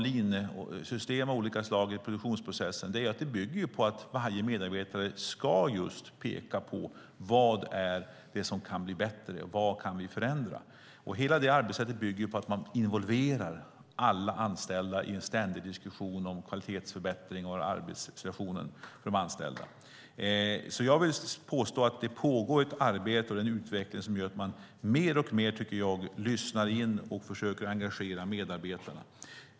Linjesystem av olika slag i produktionsprocessen bygger på att varje medarbetare ska peka på vad som kan bli bättre och vad som kan förändras. Hela det arbetssättet bygger på att man involverar alla anställda i en ständig diskussion om kvalitetsförbättring och arbetssituation för de anställda. Det pågår ett arbete och en utveckling som gör att man mer och mer lyssnar in och försöker engagera medarbetarna.